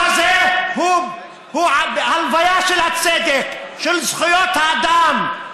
החוק הזה הוא הלוויה של הצדק, של זכויות האדם.